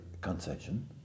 concession